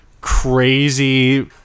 crazy